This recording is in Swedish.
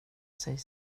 sig